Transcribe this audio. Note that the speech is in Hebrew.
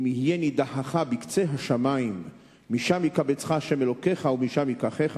"אם יהיה נדחך בקצה השמים משם יקבצך ה' אלקיך ומשם יקחך"